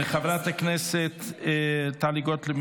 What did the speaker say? חברת הכנסת טלי גוטליב,